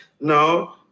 no